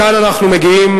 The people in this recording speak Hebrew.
כאן אנחנו מגיעים,